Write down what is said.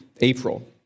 April